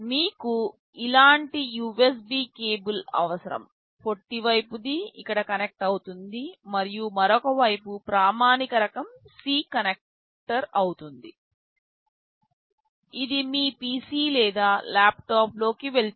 మీకు ఇలాంటి USB cable అవసరం పొట్టి వైపుది ఇక్కడ కనెక్ట్ అవుతుంది మరియు మరొక వైపు ప్రామాణిక రకం C కనెక్టర్ అవుతుంది ఇది మీ PC లేదా ల్యాప్టాప్లోకి వెళ్తుంది